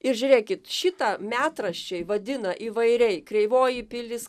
ir žiūrėkit šitą metraščiai vadina įvairiai kreivoji pilis